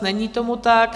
Není tomu tak.